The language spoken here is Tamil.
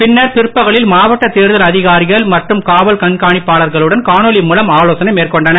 பின்னர் பிற்பகலில் மாவட்ட தேர்தல் அதிகாரிகள் மற்றும் காவல் கண்காணிப்பாளர்களுடன் காணொலி மூலம் ஆலோசனை மேற்கொண்டனர்